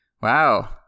Wow